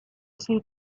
two